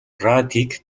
радийг